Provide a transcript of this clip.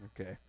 Okay